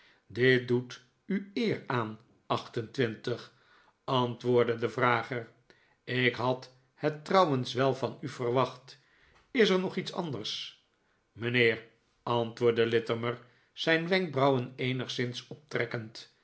dit doet u eer aan acht en twintig antwoordde de vrager ik had het trouwens wel van u verwacht is er nog iets anders mijnheer antwoordde littimer zijn wenkbrauwen eenigszins optrekkend